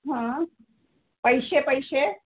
हां पैसे पैसे